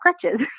crutches